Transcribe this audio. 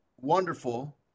wonderful